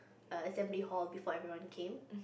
err assembly hall before everyone came